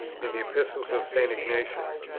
in the epistles of st. ignatius,